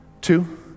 two